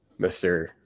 mr